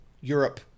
Europe